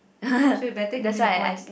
so you better give me the points